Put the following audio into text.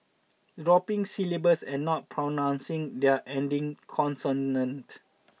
dropping syllables and not pronouncing their ending consonant